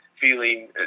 feeling